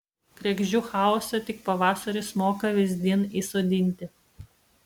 kregždžių chaosą tik pavasaris moka vyzdin įsodinti